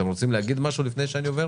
אתם רוצים להגיד משהו לפני שאני עובר